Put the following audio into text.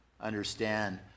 understand